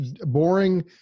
boring